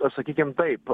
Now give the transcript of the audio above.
sakykim taip